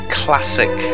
classic